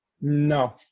No